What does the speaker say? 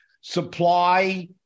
supply